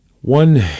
one